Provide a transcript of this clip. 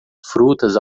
frutas